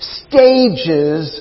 stages